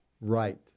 right